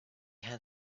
had